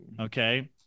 okay